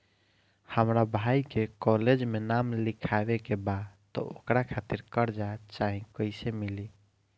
हमरा भाई के कॉलेज मे नाम लिखावे के बा त ओकरा खातिर कर्जा चाही कैसे मिली?